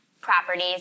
properties